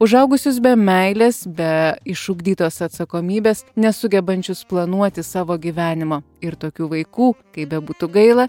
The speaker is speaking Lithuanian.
užaugusius be meilės be išugdytos atsakomybės nesugebančius planuoti savo gyvenimą ir tokių vaikų kaip bebūtų gaila